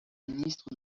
ministre